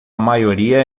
maioria